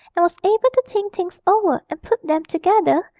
and was able to think things over and put them together,